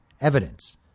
evidence